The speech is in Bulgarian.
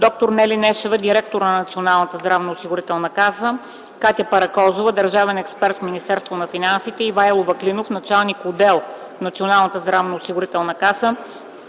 д-р Нели Нешева директор на Националната здравноосигурителна каса, госпожа Катя Паракозова – държавен експерт в Министерството на финансите, господин Ивайло Ваклинов – началник на отдел в Националната здравноосигурителна каса,